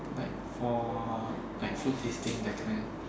like for like food tasting that kind ah